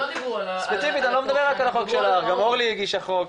גם אורלי הגישה חוק,